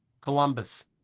columbus